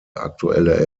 aktuelle